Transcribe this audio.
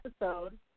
episode